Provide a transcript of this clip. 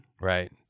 Right